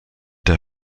der